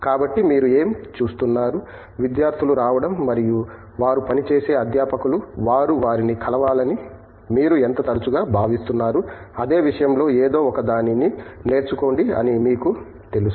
కాబట్టి మీరు ఏమి చూస్తున్నారు విద్యార్థులు రావడం మరియు వారు పనిచేసే అధ్యాపకులు వారు వారిని కలవాలని మీరు ఎంత తరచుగా భావిస్తున్నారు అదే సమయంలో ఏదో ఒకదానిని నేర్చుకోండి అని మీకు తెలుసు